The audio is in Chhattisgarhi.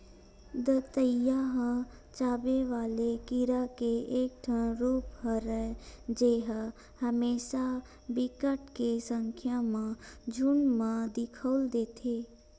दतइया ह चाबे वाले कीरा के एक ठन रुप हरय जेहा हमेसा बिकट के संख्या म झुंठ म दिखउल देथे